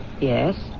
Yes